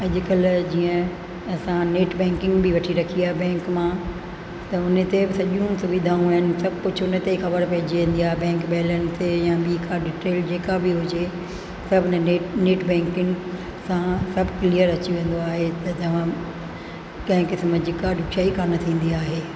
अॼुकल्ह जीअं असां नेट बैंकिंग बि वठी रखी आहे बैंक मां त हुन ते सॼियूं सुविधाऊं आहिनि सभु कुझु उन ते ई ख़बर पइजी वेंदी आहे बैंक बैलेंस ते या ॿी का डिटेल जेका बि हुजे सभु हिन नेट बैंकिंग सां सभु क्लियर अची वेंदो आहे त कंहिं क़िस्म जी का ॾुखियाई कान थींदी आहे